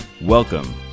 Welcome